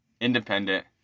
independent